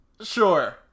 Sure